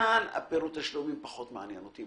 עניין פירוט התשלומים פחות מעניין אותי,